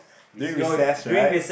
doing recess right